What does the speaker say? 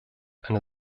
eine